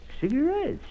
Cigarettes